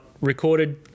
recorded